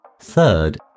Third